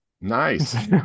Nice